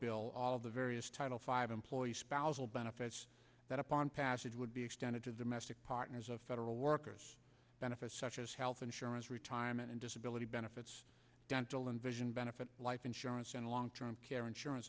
bill all of the various title five employees spousal and if it's that upon passage would be extended to domestic partners of federal workers benefits such as health insurance retirement and disability benefits dental and vision benefit life insurance and long term care insurance